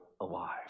alive